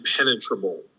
impenetrable